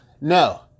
No